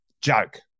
Joke